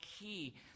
key